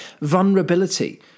vulnerability